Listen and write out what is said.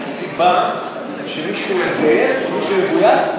סיבה שמישהו יתגייס או מישהו יגויס?